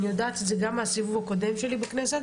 אני יודעת את זה גם מהסיבוב הקודם שלי בכנסת,